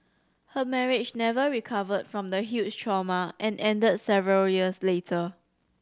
her marriage never recovered from the huge trauma and ended several years later